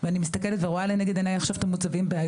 ואני מסתכלת ואני רואה לנגד עיני עכשיו את המוצבים ביהודה